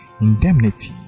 indemnity